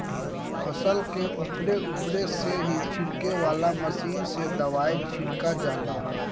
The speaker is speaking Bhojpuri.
फसल के उपरे उपरे से ही छिड़के वाला मशीन से दवाई छिड़का जाला